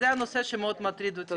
זה הנושא שמאוד מטריד אותי.